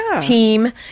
team